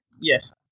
Yes